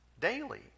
Daily